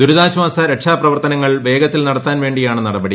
ദുരിതാശ്ചാസ രക്ഷാപ്രവർത്തനങ്ങൾ വേഗത്തിൽ നടത്താൻ വേണ്ടിയാണ് നടപടി